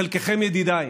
חלקכם ידידיי,